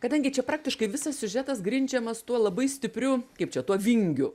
kadangi čia praktiškai visas siužetas grindžiamas tuo labai stipriu kaip čia tuo vingiu